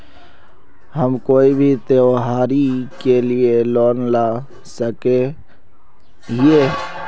हम कोई भी त्योहारी के लिए लोन ला सके हिये?